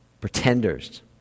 pretenders